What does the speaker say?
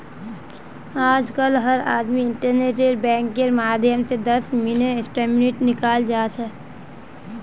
आजकल हर आदमी इन्टरनेट बैंकिंगेर माध्यम स दस मिनी स्टेटमेंट निकाल जा छ